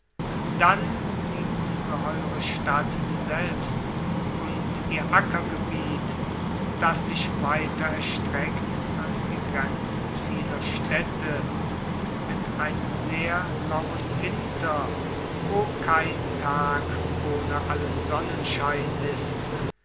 dann die ungeheure stadt selbst und ihr ackergebiet das sich weiter erstreckt als die grenzen vieler städte mit einem sehr lauen winter wo kein tag ohne allen sonnenschein ist